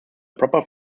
proper